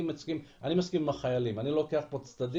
אני מסכים עם החיילים אני לוקח פה צד,